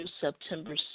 September